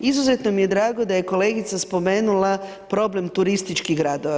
Izuzetno mi je drago da je kolegica spomenula problem turističkih gradova.